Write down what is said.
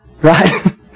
right